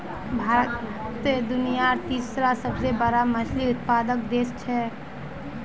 भारत दुनियार तीसरा सबसे बड़ा मछली उत्पादक देश छे